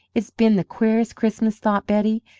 it's been the queerest christmas! thought betty,